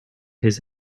his